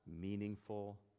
meaningful